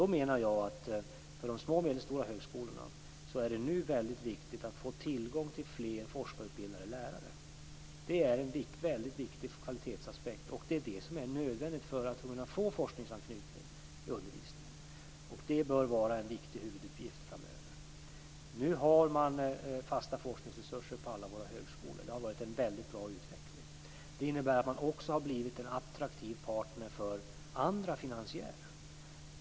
Då menar jag att det för de små och medelstora högskolorna nu är väldigt viktigt att få tillgång till fler forskarutbildade lärare. Det är en viktig kvalitetsaspekt, och det är nödvändigt för att kunna få forskningsanknytning i undervisningen. Det bör vara en viktig huvuduppgift framöver. Nu har man fasta forskningsresurser på alla våra högskolor. Det har varit en bra utveckling. Det innebär att man också har blivit en attraktiv partner för andra finansiärer.